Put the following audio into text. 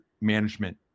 management